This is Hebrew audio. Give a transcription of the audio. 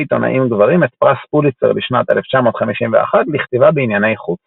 עיתונאים גברים את פרס פוליצר לשנת 1951 לכתיבה בענייני חוץ.